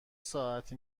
ساعتی